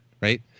Right